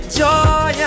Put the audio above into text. joy